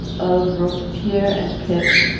of robespierre and pitt,